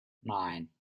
nine